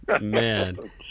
Man